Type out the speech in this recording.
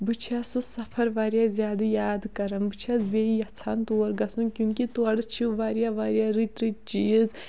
بہٕ چھَس سُہ سفر واریاہ زیادٕ یاد کَران بہٕ چھَس بیٚیہِ یَژھان تور گژھُن کیونٛکہِ تورٕ چھِ واریاہ واریاہ رٔتۍ رٔتۍ چیٖز